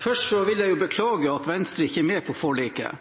Først vil jeg beklage at Venstre ikke er med på forliket,